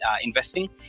investing